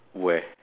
where